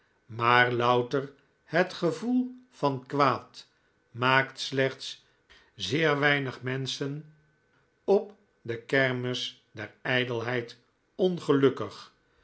maar louter het gevoel van kwaad maakt slechts zeer weinig menschen op de kermis der ijdelheid ongelukkig